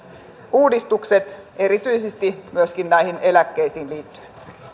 uudistukset erityisesti myöskin näihin eläkkeisiin liittyen